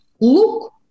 look